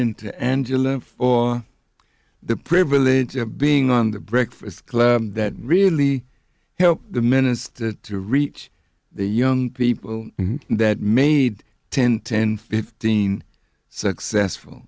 and angela for the privilege of being on the breakfast club that really helped the minister to reach the young people that made ten ten fifteen successful